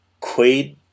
Quaid